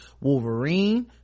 Wolverine